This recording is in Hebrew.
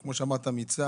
כמו שאמרת.